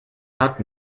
hat